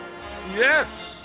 Yes